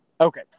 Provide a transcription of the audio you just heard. Okay